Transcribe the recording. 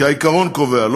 כי העיקרון קובע,